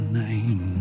name